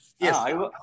yes